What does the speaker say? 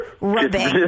rubbing